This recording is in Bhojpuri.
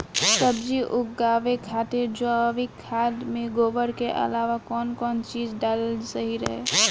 सब्जी उगावे खातिर जैविक खाद मे गोबर के अलाव कौन कौन चीज़ डालल सही रही?